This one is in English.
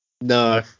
No